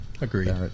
Agreed